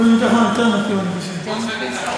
ועדת החוץ והביטחון יותר מתאימה, אני חושב.